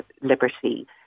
liberty